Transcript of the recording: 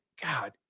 god